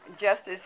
Justice